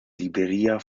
libreria